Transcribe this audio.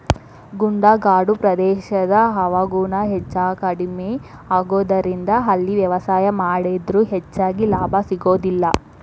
ಗುಡ್ಡಗಾಡು ಪ್ರದೇಶದ ಹವಾಗುಣ ಹೆಚ್ಚುಕಡಿಮಿ ಆಗೋದರಿಂದ ಅಲ್ಲಿ ವ್ಯವಸಾಯ ಮಾಡಿದ್ರು ಹೆಚ್ಚಗಿ ಲಾಭ ಸಿಗೋದಿಲ್ಲ